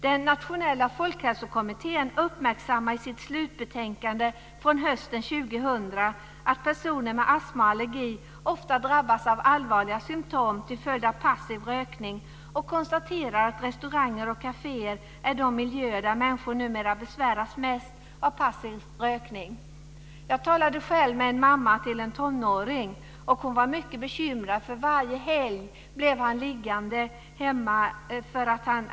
Den nationella folkhälsokommittén uppmärksammar i sitt slutbetänkande från hösten 2000 att personer med astma och allergi ofta drabbas av allvarliga symtom till följd av passiv rökning och konstaterar att restauranger och kaféer är de miljöer där människor numera besväras mest av passiv rökning. Jag talade själv med en mamma till en tonåring. Hon var mycket bekymrad, för varje helg blev han liggande hemma.